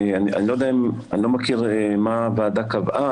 אני לא מכיר מה הוועדה קבעה,